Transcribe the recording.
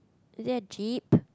is that a jeep